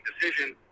decision